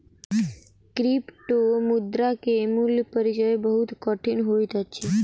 क्रिप्टोमुद्रा के मूल परिचय बहुत कठिन होइत अछि